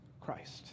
Christ